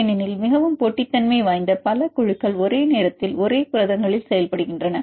ஏனெனில் மிகவும் போட்டித்தன்மை வாய்ந்த பல குழுக்கள் ஒரே நேரத்தில் ஒரே புரதங்களில் செயல்படுகின்றன